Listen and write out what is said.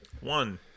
One